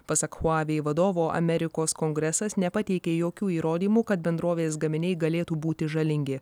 pasak huawei vadovo amerikos kongresas nepateikė jokių įrodymų kad bendrovės gaminiai galėtų būti žalingi